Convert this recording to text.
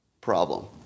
problem